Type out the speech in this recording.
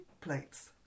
plates